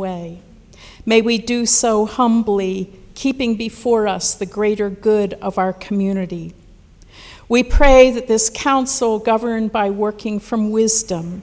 way may we do so humbly keeping before us the greater good of our community we pray that this council governed by working from wisdom